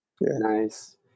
Nice